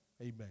Amen